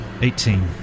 Eighteen